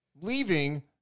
leaving